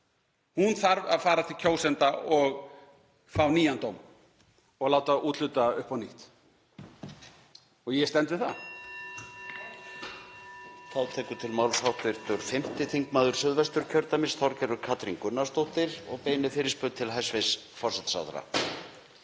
hún að fara til kjósenda og fá nýjan dóm og láta úthluta upp á nýtt. Ég stend við það.